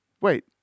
Wait